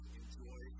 enjoy